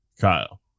Kyle